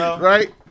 right